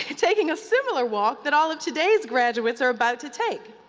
taking a similar walk that all of today's graduates are about to take.